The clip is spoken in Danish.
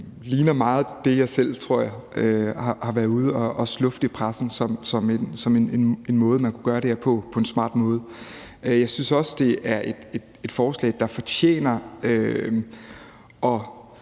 det ligner meget det, jeg selv har været ude at lufte i pressen som en smart måde, man kunne gøre det her på. Jeg synes også, det er et forslag, der fortjener at